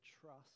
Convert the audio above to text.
trust